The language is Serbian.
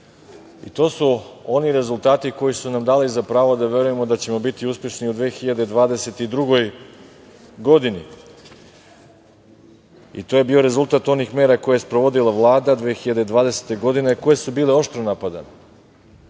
su oni rezultati koji su nam dali za pravo da verujemo da ćemo biti uspešni i u 2022. godini. To je bio rezultat onih mera koje je sprovodila Vlada 2020. godine, a koje su bile oštro napadane